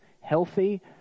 healthy